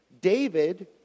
David